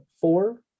four